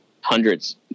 hundreds